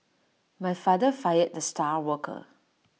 my father fired the star worker